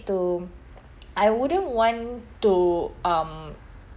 to I wouldn't want to um